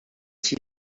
qui